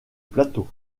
plateau